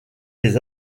les